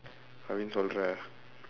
அப்படினு சொல்லுற:appadinu sollura